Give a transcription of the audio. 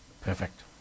perfect